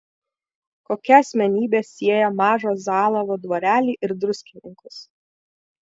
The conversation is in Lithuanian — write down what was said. kokia asmenybė sieja mažą zalavo dvarelį ir druskininkus